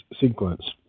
sequence